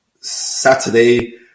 Saturday